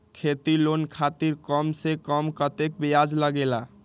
खेती लोन खातीर कम से कम कतेक ब्याज लगेला?